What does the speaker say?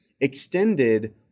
extended